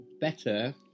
Better